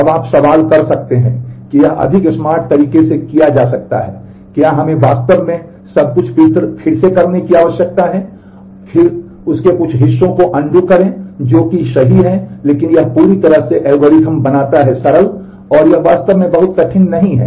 अब आप सवाल कर सकते हैं कि यह अधिक स्मार्ट तरीके से किया जा सकता है क्या हमें वास्तव में सब कुछ फिर से करने की आवश्यकता है और फिर उसके कुछ हिस्सों को अनडू करें जो कि सही है लेकिन यह पूरी तरह से एल्गोरिथ्म बनाता है सरल और यह वास्तव में बहुत कठिन नहीं है